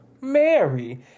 Mary